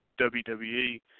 WWE